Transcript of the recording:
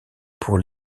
pour